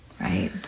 right